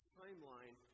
timeline